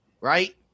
right